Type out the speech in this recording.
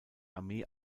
armee